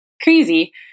crazy